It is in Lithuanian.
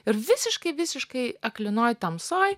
ir visiškai visiškai aklinoj tamsoj